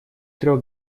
трех